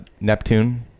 neptune